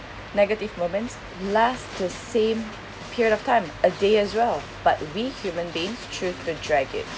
negative moments last the same period of time a day as well but we human beings choose to drag it